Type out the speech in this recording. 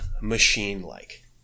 machine-like